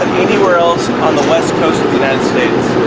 anywhere else on the west coast of the united states